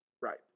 Right